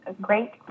great